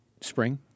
spring